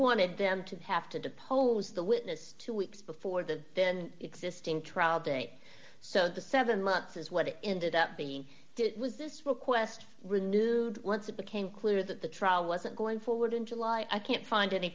wanted them to have to depose the witness two weeks before the then existing trial date so the seven months is what it ended up being it was this request renew once it became clear that the trial wasn't going forward in july i can't find any